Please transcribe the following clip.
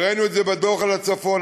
וראינו את זה בדוח על הצפון.